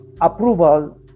approval